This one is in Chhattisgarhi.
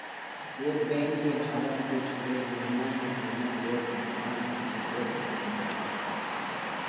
ए बेंक के भारत के छोड़े दुनिया के आने देश म पाँच हजार एक सौ ले जादा शाखा हे